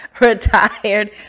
retired